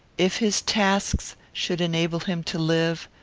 if his tasks should enable him to live,